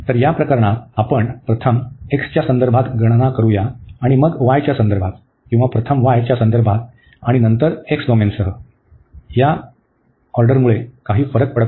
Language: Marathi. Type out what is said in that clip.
तर या प्रकरणात आपण प्रथम x च्या संदर्भात गणना करू या आणि मग y च्या संदर्भात किंवा प्रथम y च्या संदर्भात आणि नंतर x डोमेनसह काही फरक पडत नाही